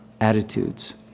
attitudes